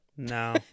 No